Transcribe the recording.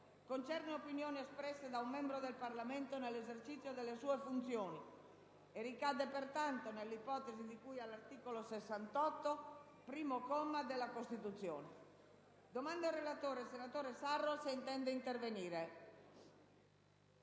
concerne opinioni espresse da un membro del Parlamento nell'esercizio delle sue funzioni e ricade pertanto nell'ipotesi di cui all'articolo 68, primo comma, della Costituzione. Chiedo al relatore, senatore Sarro, se intende intervenire.